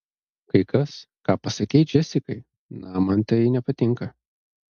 kai kas ką pasakei džesikai na man tai nepatinka